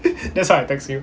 that's why I text u